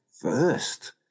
first